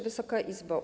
Wysoka Izbo!